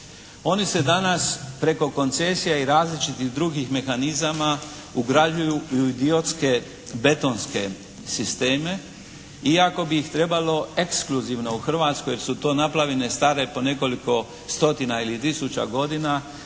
Oni se danas preko koncesija i različitih drugih mehanizama ugrađuju u idiotske betonske sisteme iako bi ih trebalo ekskluzivno u Hrvatskoj, jer su to naplavine stare po nekoliko stotina ili tisuća godina